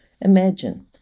Imagine